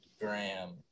Graham